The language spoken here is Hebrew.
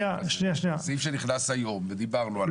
סעיף שנכנס היום ודיברנו עליו.